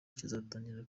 kizatangira